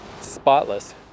spotless